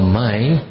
mind